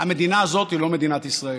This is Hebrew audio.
המדינה הזאת היא לא מדינת ישראל.